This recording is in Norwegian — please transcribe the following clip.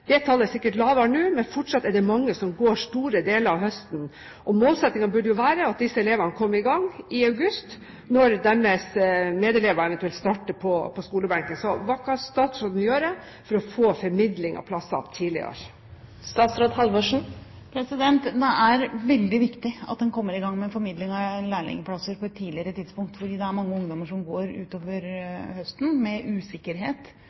det. Det tallet er sikkert lavere nå, men fortsatt er det mange som går store deler av høsten. Målsettingen burde jo være at disse elevene kom i gang i august, når deres medelever eventuelt starter på skolebenken. Hva kan statsråden gjøre for å få formidling av plasser tidligere? Det er veldig viktig at en kommer i gang med formidling av lærlingplasser på et tidligere tidspunkt, fordi det er mange ungdommer som går utover høsten med usikkerhet